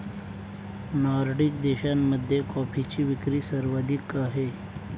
Nordic देशांमध्ये कॉफीची विक्री सर्वाधिक आहे